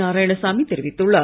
நாராயணசாமி தெரிவித்துள்ளார்